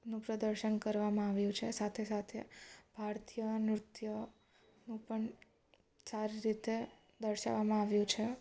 નું પ્રદર્શન કરવામાં આવ્યું છે સાથે સાથે ભારતીય નૃત્યનું પણ સારી રીતે દર્શાવવામાં આવ્યું છે